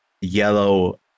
yellow